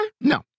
No